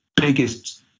biggest